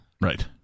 right